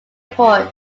airport